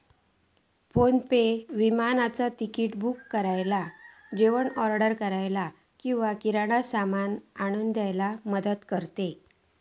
PhonePe विमानाचा तिकिट book करुक, जेवण ऑर्डर करूक किंवा किराणा सामान आणूक मदत करता